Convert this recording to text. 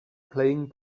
playing